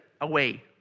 away